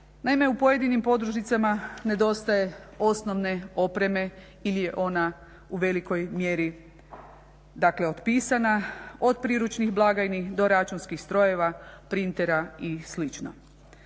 Naime, u pojedinim podružnicama nedostaje osnovne opreme ili je ona u velikoj mjeri otpisana, od priručnih blagajni do računskih strojeva, printera i